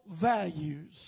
values